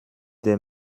der